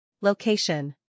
Location